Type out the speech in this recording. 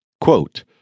Quote